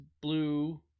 blue